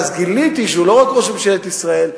ואז גיליתי שהוא לא רק ראש ממשלת ישראל,